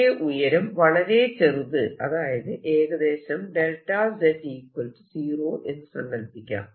ഇതിന്റെ ഉയരം വളരെ ചെറുത് അതായത് ഏകദേശം z 0 എന്ന് സങ്കല്പിക്കാം